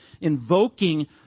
invoking